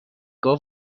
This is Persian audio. گاو